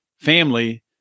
family